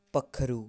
पक्खरू